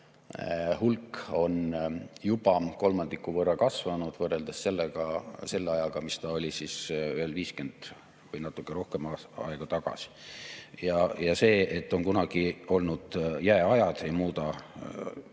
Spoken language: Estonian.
hulk on juba kolmandiku võrra kasvanud võrreldes selle ajaga, mis ta oli veel 50 aastat või natuke rohkem aega tagasi. Ja see, et on kunagi olnud jääajad, ei muuda